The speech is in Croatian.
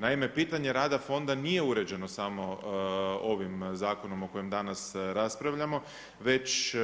Naime, pitanje rada fonda nije uređeno samo ovim zakonom o kojem danas raspravljamo već